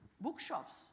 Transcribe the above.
bookshops